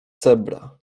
cebra